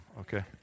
Okay